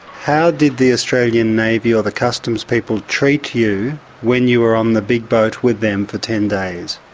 how did the australian navy or the customs people treat you when you were on the big boat with them for ten days?